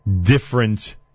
different